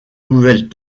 nouvelles